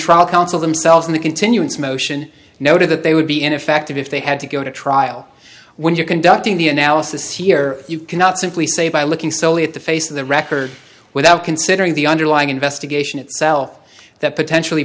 trial counsel themselves in the continuance motion noted that they would be ineffective if they had to go to trial when you're conducting the analysis here you cannot simply say by looking solely at the face of the record without considering the underlying investigation itself that potentially